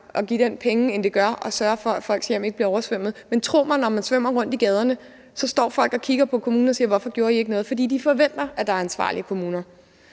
at give folkeskolen penge end at sørge for, at folks hjem ikke bliver oversvømmet. Men tro mig, når man svømmer rundt i gaderne, så står folk og kigger på kommunen og spørger: Hvorfor gjorde I ikke noget? For de forventer, at der er ansvarlige kommuner.